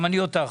גם אני אותך.